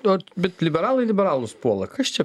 vat bet liberalai liberalus puola kas čia